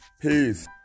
Peace